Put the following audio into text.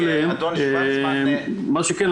מה שכן,